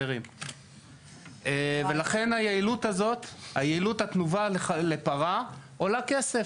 ולכן יעילות התנובה לפרה עולה כסף.